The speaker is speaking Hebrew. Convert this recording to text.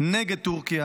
נגד טורקיה